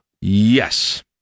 Yes